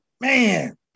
man